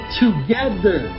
together